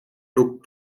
took